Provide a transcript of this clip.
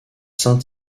saint